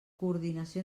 coordinació